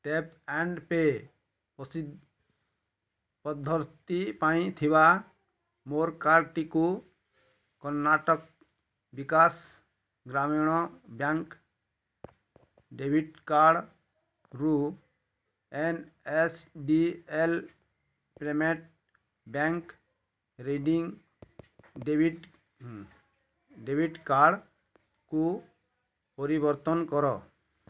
tap and pay' ପ୍ର ପଦ୍ଧତି ପାଇଁ ଥିବା ମୋର କାର୍ଡ୍ଟିକୁ କର୍ଣ୍ଣାଟକ ବିକାଶ ଗ୍ରାମୀଣ ବ୍ୟାଙ୍କ୍ ଡେବିଟ୍ କାର୍ଡ଼ରୁ N S D L payments bank debit କାର୍ଡ଼କୁ ପରିବର୍ତ୍ତନ କର